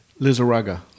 Lizaraga